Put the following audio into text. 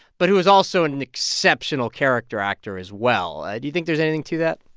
but who is also an exceptional character actor as well. do you think there's anything to that?